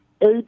eight